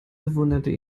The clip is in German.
bewunderte